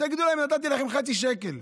ותגידו להם: נתתי לכם חצי שקל.